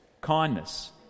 kindness